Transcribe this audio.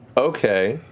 okay.